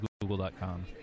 Google.com